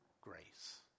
grace